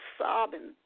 sobbing